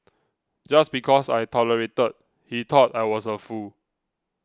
just because I tolerated he thought I was a fool